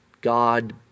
God